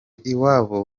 iwabo